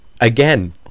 Again